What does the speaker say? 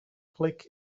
click